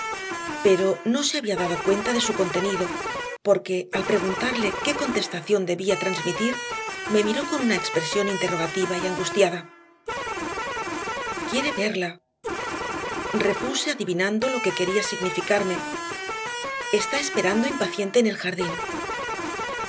pero no se había dado cuenta de su contenido porque al preguntarle qué contestación debía transmitir me miró con una expresión interrogativa y angustiada quiere verla repuse adivinando lo que quería significarme está esperando impaciente en el jardín